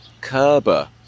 Kerber